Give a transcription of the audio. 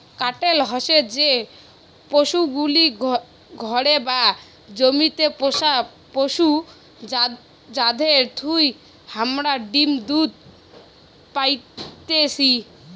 কাটেল হসে যে পশুগুলি ঘরে বা জমিতে পোষ্য পশু যাদির থুই হামারা ডিম দুধ পাইতেছি